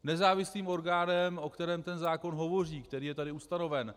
Nezávislým orgánem, o kterém ten zákon hovoří, který je tady ustanoven.